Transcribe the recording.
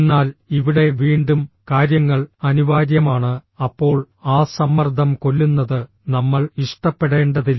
എന്നാൽ ഇവിടെ വീണ്ടും കാര്യങ്ങൾ അനിവാര്യമാണ് അപ്പോൾ ആ സമ്മർദ്ദം കൊല്ലുന്നത് നമ്മൾ ഇഷ്ടപ്പെടേണ്ടതില്ല